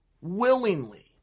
willingly